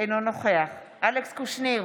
אינו נוכח אלכס קושניר,